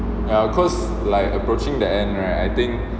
well cause like approaching the end right I think